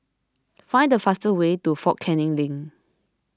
find the fastest way to fort Canning Link